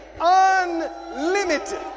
Unlimited